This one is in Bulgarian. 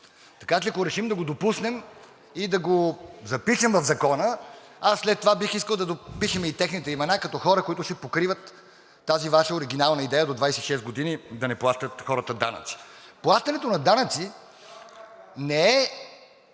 Така че, ако решим да го допуснем и да го запишем в Закона, след това бих искал да допишем и техните имена като хора, които ще покриват тази Ваша оригинална идея до 26 години да не плащат хората данъци. (Реплики от „БСП